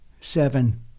Seven